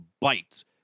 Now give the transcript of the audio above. bites